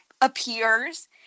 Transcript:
appears